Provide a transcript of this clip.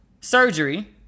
surgery